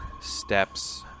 steps